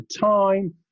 time